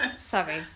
Sorry